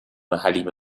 حلیمه